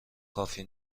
کافی